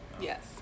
Yes